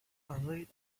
reared